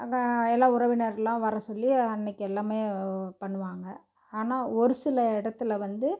எல்லாம் உறவினர்களெலாம் வர சொல்லி அன்றைக்கி எல்லாமே பண்ணுவாங்க ஆனால் ஒரு சில இடத்துல வந்து